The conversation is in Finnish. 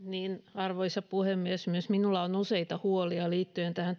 arvoisa puhemies myös minulla on useita huolia liittyen tähän